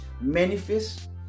manifest